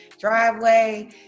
driveway